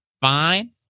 fine